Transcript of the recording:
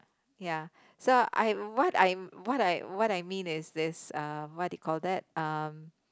ya so I what I'm what I what I mean is this uh what do you call that um